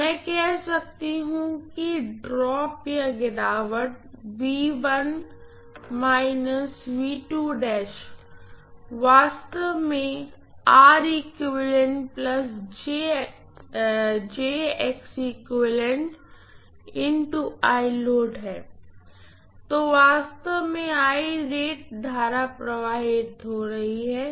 तो मैं कह सकता हू कि ड्रॉप वास्तव में है तो वास्तव में करंट प्रवाहित हो रही है